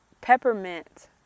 peppermint